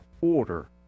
order